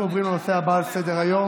אנחנו עוברים לנושא הבא על סדר-היום,